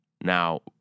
now